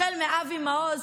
החל מאבי מעוז,